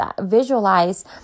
visualize